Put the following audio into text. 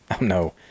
no